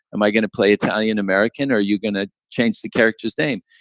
am i going to play italian-american or are you going to change the character's name?